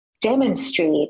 demonstrate